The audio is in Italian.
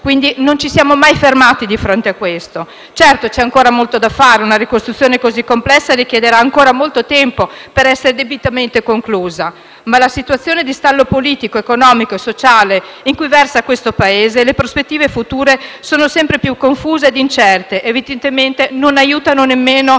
positivi. Non ci siamo mai fermati di fronte a questo. Certo, c'è ancora molto da fare. Una ricostruzione così complessa richiederà ancora molto tempo per essere debitamente conclusa, ma la situazione di stallo politico, economico e sociale in cui versa questo Paese e le prospettive future sempre più confuse ed incerte evidentemente non aiutano nemmeno questo grande passo